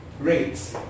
rates